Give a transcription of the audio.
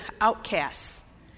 outcasts